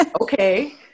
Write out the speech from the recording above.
Okay